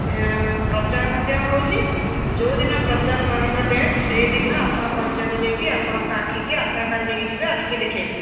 ପ୍ରଚାର ମଧ୍ୟ ହେଉଛି ଯେଉଁ ଦିନ ପ୍ରଚାର ରହିବ ଡେଟ୍ ସେଦିନ ଆପଣ ପଞ୍ଚାୟତ ଯାଇକି ଆପଣଙ୍କ ଆଖିକୁ ଆଧାର କାର୍ଡ୍ ନେଇକି ଯିବେ ଆପଣଙ୍କ ଆଖିକୁ ଦେଖାଇବେ